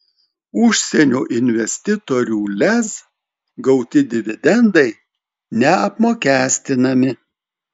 užsienio investitorių lez gauti dividendai neapmokestinami